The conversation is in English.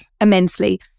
immensely